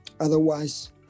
Otherwise